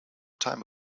time